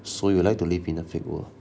so you like to live in a fake world